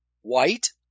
White